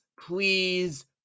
please